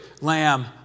lamb